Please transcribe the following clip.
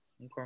Okay